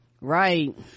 right